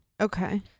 okay